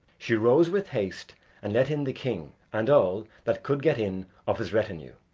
she rose with haste and let in the king and all that could get in of his retinue.